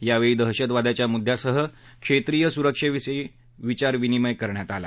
यावेळी दहशतवादाच्या मुद्द्यासह क्षेत्रीय सुरक्षेविषयी विचारविनिमय करण्यात आला